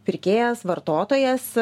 pirkėjas vartotojas